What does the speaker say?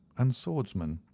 and swordsman.